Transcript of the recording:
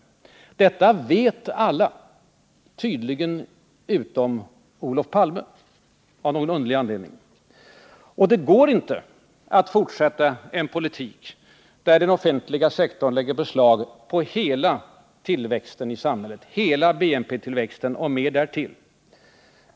Detta vet alla — utom Olof Palme, av någon underlig anledning. Och det går inte att fortsätta en politik där den offentliga sektorn lägger beslag på hela tillväxten i samhället, hela BNP-tillväxten och mer därtill.